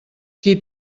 qui